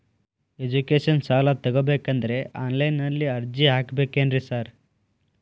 Education ಸಾಲ ತಗಬೇಕಂದ್ರೆ online ನಲ್ಲಿ ಅರ್ಜಿ ಹಾಕ್ಬೇಕೇನ್ರಿ ಸಾರ್?